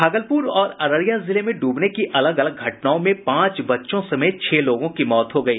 भागलपुर और अररिया जिले में डूबने की अलग अलग घटनाओं में पांच बच्चों समेत छह लोगों की मौत हो गयी